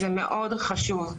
זה מאוד חשוב.